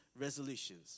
resolutions